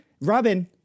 Robin